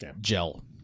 gel